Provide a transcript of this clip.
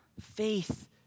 Faith